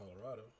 Colorado